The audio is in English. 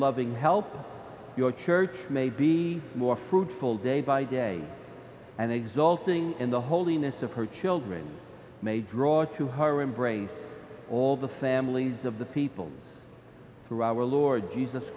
loving help your church may be more fruitful day by day and exulting in the holiness of her children may draw to her embrace all the families of the people through our lord jesus